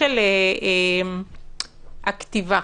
לעניין הכתיבה,